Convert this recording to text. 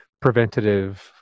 preventative